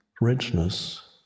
richness